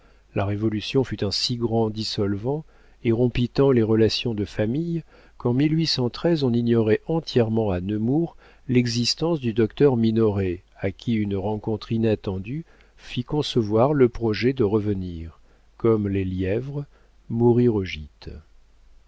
la révolution fut un si grand dissolvant et rompit tant les relations de famille qu'en on ignorait entièrement à nemours l'existence du docteur minoret à qui une rencontre inattendue fit concevoir le projet de revenir comme les lièvres mourir au gîte